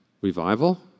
revival